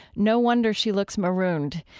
no wonder she looks marooned.